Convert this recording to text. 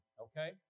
okay